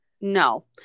No